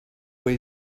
way